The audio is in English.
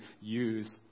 use